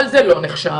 אבל זה לא נחשב,